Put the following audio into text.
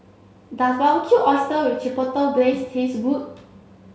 does Barbecued Oysters with Chipotle Glaze taste good